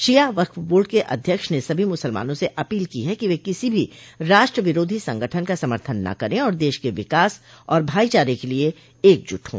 शिया Waqf board के अध्यक्ष ने सभी मुसलमानों से अपील की है कि वे किसी भी राष्ट्र विरोधी संगठन का समर्थन न करें और देश के विकास और भाईचारे के लिये एक जुट हों